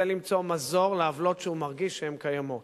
למצוא מזור לעוולות שהוא מרגיש שהן קיימות.